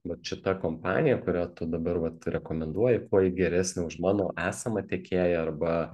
vat šita kompanija kurią tu dabar vat rekomenduoji kuo ji geresnė už mano esamą tiekėją arba